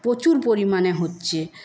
প্রচুর পরিমাণে হচ্ছে